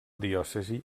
diòcesi